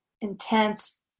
intense